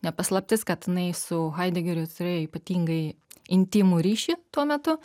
ne paslaptis kad jinai su haidegeriu turėjo ypatingai intymų ryšį tuo metu